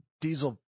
diesel